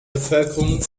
bevölkerung